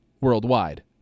worldwide